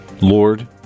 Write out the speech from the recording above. Lord